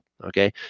Okay